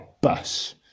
bus